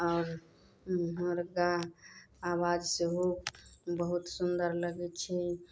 आओर हुनकर आवाज सेहो बहुत सुन्दर लगै छै